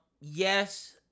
yes